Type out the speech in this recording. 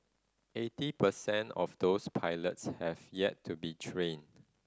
eighty percent of those pilots have yet to be trained